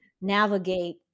navigate